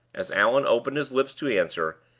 as allan opened his lips to answer,